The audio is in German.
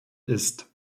ist